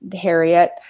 Harriet